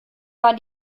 war